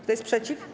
Kto jest przeciw?